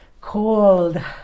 cold